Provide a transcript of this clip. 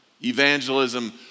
Evangelism